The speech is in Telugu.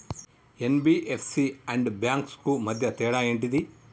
ఎన్.బి.ఎఫ్.సి అండ్ బ్యాంక్స్ కు మధ్య తేడా ఏంటిది?